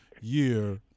year